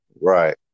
Right